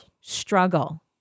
struggle